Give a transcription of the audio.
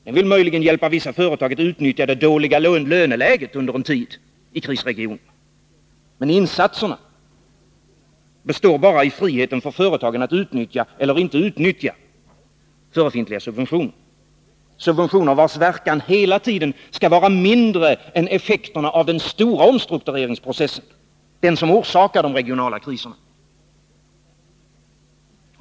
Den vill möjligen hjälpa vissa företag att utnyttja det dåliga löneläget under en tid i krisregioner. Men insatserna består bara i friheten för företagen att utnyttja eller inte utnyttja förefintliga subventioner — subventioner vars verkan hela tiden skall vara mindre än effekterna av den stora omstruktureringsprocess som orsakar de regionala kriserna.